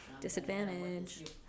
Disadvantage